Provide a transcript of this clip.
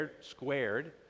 squared